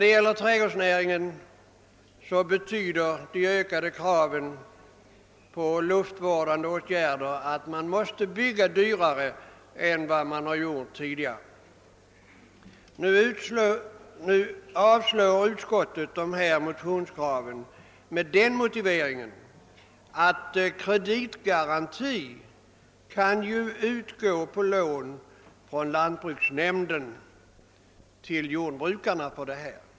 Vad beträffar trädgårdsnäringen betyder de ökade kraven på luftvårdande åtgärder att man måste bygga dyrare än man har gjort tidigare. Utskottet avstyrker dessa motionskrav med den motiveringen att kreditgaranti till jordbrukarna från lantbruksnämnden kan utgå på lån för detta ändamål.